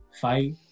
fight